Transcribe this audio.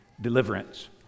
deliverance